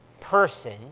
person